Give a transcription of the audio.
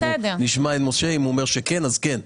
נשמע את משה אם הוא אומר שכן, כן.